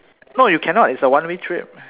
no you cannot it's a one way trip